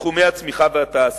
בתחומי הצמיחה והתעסוקה.